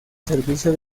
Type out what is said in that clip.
servicio